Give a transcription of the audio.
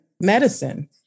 medicine